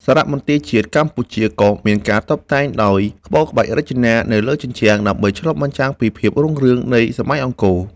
សារមន្ទីរជាតិកម្ពុជា ក៏មានការតុបតែងដោយក្បូរក្បាច់បុរាណនៅលើជញ្ជាំង ដើម្បីឆ្លុះបញ្ចាំងពីភាពរុងរឿងនៃសម័យអង្គរ។